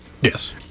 Yes